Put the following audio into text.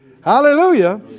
Hallelujah